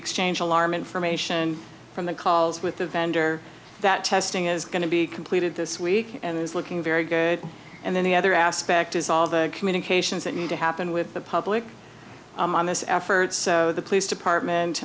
exchange alarm information from the calls with the vendor that testing is going to be completed this week and is looking very and then the other aspect is all the communications that need to happen with the public on this effort so the police department